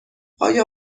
آیا